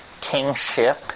kingship